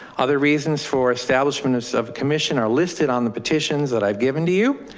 other reasons for establishment of commission are listed on the petitions that i've given to you.